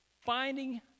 finding